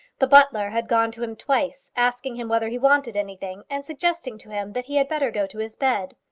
the butler had gone to him twice, asking him whether he wanted anything, and suggesting to him that he had better go to his bed.